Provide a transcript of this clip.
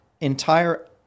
entire